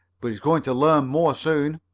but he's going to learn more soon.